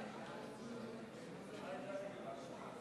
כבוד חברי הכנסת,